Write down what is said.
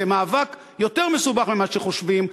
זה מאבק יותר מסובך ממה שחושבים,